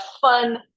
fun